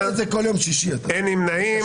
אין נמנעים.